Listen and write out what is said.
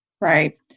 Right